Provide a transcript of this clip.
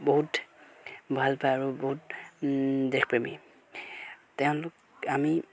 বহুত ভাল পায় আৰু বহুত দেশপ্ৰেমী তেওঁলোক আমি